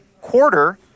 quarter